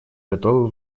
готовы